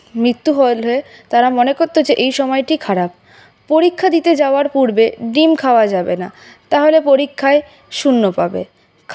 মৃত্যু হলে তারা মনে করত যে এ সময়টি খারাপ পরীক্ষা দিতে যাওয়ার পূর্বে ডিম খাওয়া যাবে না তাহলে পরীক্ষায় শূন্য পাবে